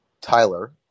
Tyler